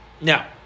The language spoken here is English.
Now